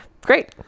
Great